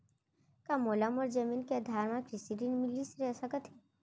का मोला मोर जमीन के आधार म कृषि ऋण मिलिस सकत हे?